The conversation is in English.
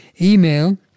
email